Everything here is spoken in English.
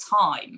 time